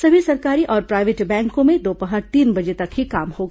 सभी सरकारी और प्रायवेट बैंकों में दोपहर तीन बजे तक ही काम होगा